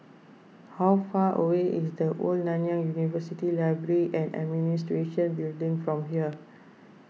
how far away is the Old Nanyang University Library and Administration Building from here